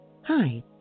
Hi